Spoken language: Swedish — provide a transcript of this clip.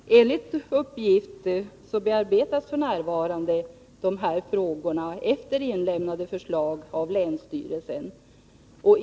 Fru talman! Enligt uppgifter bearbetas f. n. dessa frågor, efter inlämnade förslag, av länsstyrelsen.